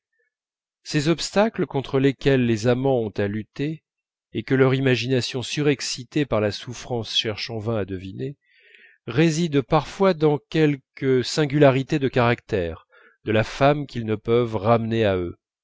ces obstacles contre lesquels les amants ont à lutter et que leur imagination surexcitée par la souffrance cherche en vain à deviner résident parfois dans quelque singularité de caractère de la femme qu'ils ne peuvent ramener à eux